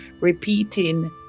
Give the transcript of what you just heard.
repeating